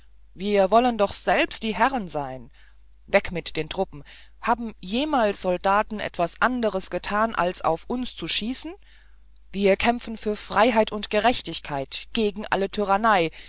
wir wollen doch selber die herren sein weg mit den truppen haben jemals soldaten etwas anderes getan als auf uns zu schießen wir kämpfen für freiheit und gerechtigkeit gegen alle tyrannei